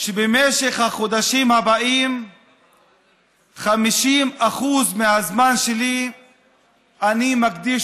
שבמשך החודשים הבאים 50% מהזמן שלי אני אקדיש